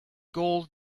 gold